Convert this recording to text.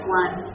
one